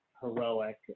heroic